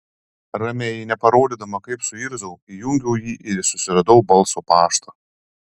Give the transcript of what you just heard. ramiai neparodydama kaip suirzau įjungiau jį ir susiradau balso paštą